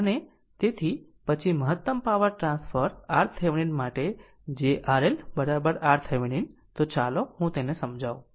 તેથી અને પછી મહત્તમ પાવર ટ્રાન્સફર RThevenin માટે જે RL RThevenin તો ચાલો હું તેને સમજાવું